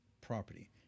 property